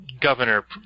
Governor